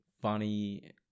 funny